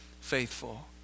faithful